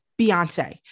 Beyonce